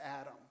Adam